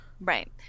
right